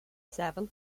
seven